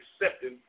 accepting